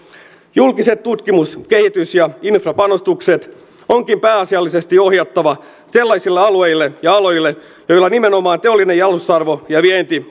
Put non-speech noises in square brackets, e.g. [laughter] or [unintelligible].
julkiset tutkimus kehitys sekä infrapanostukset onkin pääasiallisesti ohjattava sellaisille alueille ja aloille joilla nimenomaan teollinen jalostusarvo ja vienti [unintelligible]